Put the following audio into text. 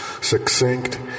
succinct